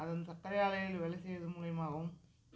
அது அந்த சக்கரை ஆலைகளில் வேலை செய்வது மூலிமாவும்